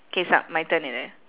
K my turn is it